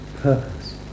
purpose